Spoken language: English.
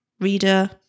reader